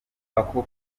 ako